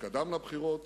שקדם לבחירות